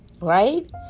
right